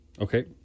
Okay